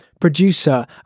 producer